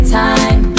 time